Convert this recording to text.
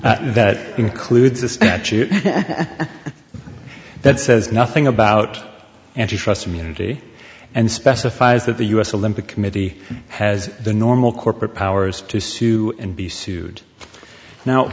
to that includes a statute that says nothing about antitrust immunity and specifies that the u s olympic committee has the normal corporate powers to sue and be sued now